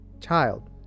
Child